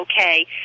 okay